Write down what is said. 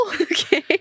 okay